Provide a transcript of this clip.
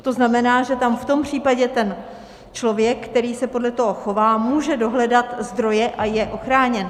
To znamená, že tam v tom případě ten člověk, který se podle toho chová, může dohledat zdroje a je ochráněn.